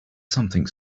something